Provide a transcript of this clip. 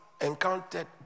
encountered